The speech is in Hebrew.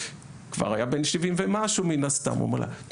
כבר היה בן שבעים ומשהו מן הסתם והוא אומר לה,